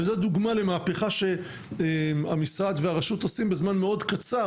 וזו דוגמא למהפכה שהמשרד והרשות עושים בזמן מאד קצר,